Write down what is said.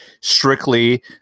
strictly